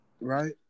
Right